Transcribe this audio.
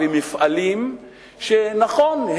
של מפעלים שנכון,